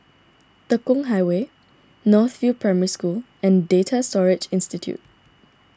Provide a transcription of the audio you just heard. Tekong Highway North View Primary School and Data Storage Institute